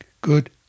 good